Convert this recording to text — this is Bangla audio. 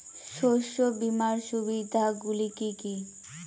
শস্য বীমার সুবিধা গুলি কি কি?